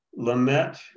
Lamette